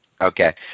Okay